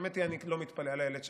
האמת היא שאני לא מתפלא על אילת שקד,